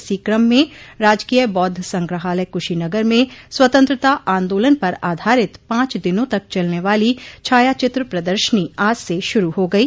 इसी क्रम में राजकीय बौद्ध संग्रहालय कुशीनगर में स्वतंत्रता आंदोलन पर आधारित पांच दिनों तक चलने वाली छायाचित्र प्रदर्शनी आज से शुरू हो गयी